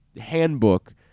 handbook